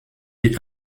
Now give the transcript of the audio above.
est